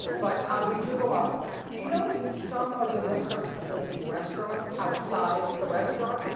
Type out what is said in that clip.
but ah we do go out, but do you notice that some of the restaurants are building restaurants outside the restaurants?